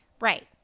right